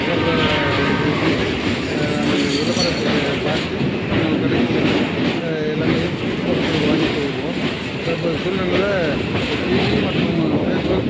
போன்றவைகளில் இருந்து நாங்கள் விளம்பரத்தை பார்த்து நாங்கள் கடைக்கு சென்று எல்லாமே பொருட்கள் வாங்கிட்டு வருவோம் தற்போது சூழ்நிலையில் டிவி மற்றும் பேஸ்புக்